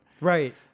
Right